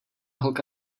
holka